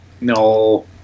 No